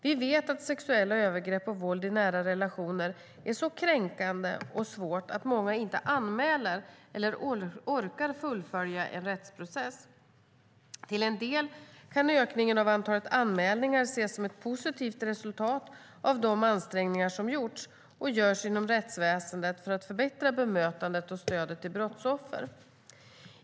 Vi vet att sexuella övergrepp och våld i nära relationer är så kränkande och svårt att många inte anmäler eller orkar fullfölja en rättsprocess. Till en del kan ökningen av antalet anmälningar ses som ett positivt resultat av de ansträngningar som gjorts och görs inom rättsväsendet för att förbättra bemötandet och stödet till brottsoffer.